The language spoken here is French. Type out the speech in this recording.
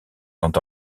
sont